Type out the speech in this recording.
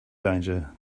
danger